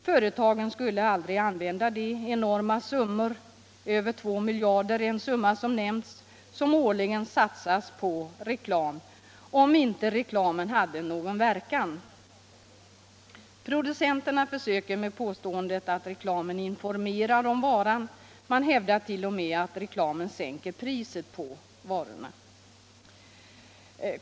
Företagen skulle aldrig använda de enorma summor — över två miljarder har nämnts — som årligen satsas på reklam om inte reklamen hade någon verkan. Producenterna försöker med påståendet att reklamen informerar om varan, man hävdar t.o.m. att reklamen sänker priset på varorna.